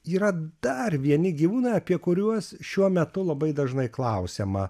yra dar vieni gyvūnai apie kuriuos šiuo metu labai dažnai klausiama